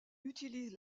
utilise